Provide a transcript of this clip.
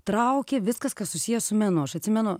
traukė viskas kas susiję su menu aš atsimenu